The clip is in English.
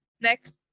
next